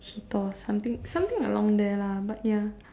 something something along there lah but ya